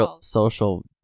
social